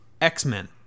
x-men